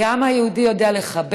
כי העם היהודי יודע לחבק